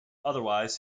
otherwise